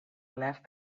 left